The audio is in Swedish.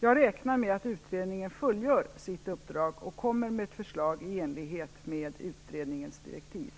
Jag räknar med att den fullgör det, och att den kommer med ett förslag i enlighet med direktiven.